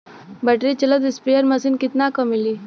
Battery चलत sprayer machine कितना क मिली?